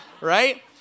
Right